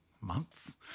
months